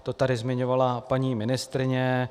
To tady zmiňovala paní ministryně.